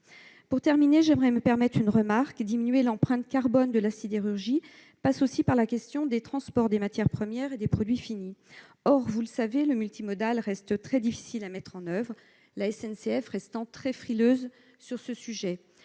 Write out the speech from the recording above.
Pour terminer, je me permettrai une remarque : diminuer l'empreinte carbone de la sidérurgie suppose aussi de s'attaquer aux transports des matières premières et des produits finis. Or, vous le savez, le multimodal est très difficile à mettre en oeuvre, la SNCF restant très frileuse sur ce sujet.